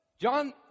John